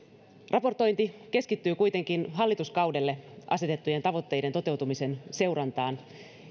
raportointi keskittyy kuitenkin hallituskaudelle asetettujen tavoitteiden toteutumisen seurantaan